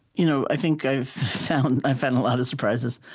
you know i think i've found i've found a lot of surprises.